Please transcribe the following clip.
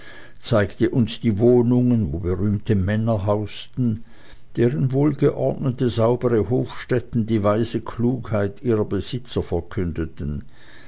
zeigte uns die wohnungen wo berühmte männer hausten deren wohlgeordnete saubere hofstätten die weise klugheit ihrer besitzer verkündeten